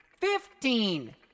fifteen